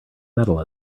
metal